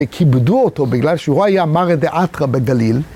והכיבדו אותו בגלל שהוא היה ‫מר אדיאטרה בגליל.